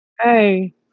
Hey